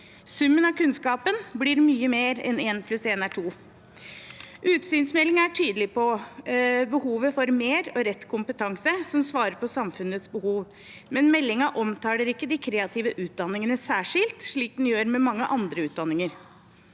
Summen av kunnskapen blir mye mer enn 1+1=2. Utsynsmeldingen er tydelig på behovet for mer og rett kompetanse som svarer på samfunnets behov, men meldingen omtaler ikke de kreative utdanningene særskilt, slik den gjør med mange andre utdanninger.